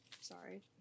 Sorry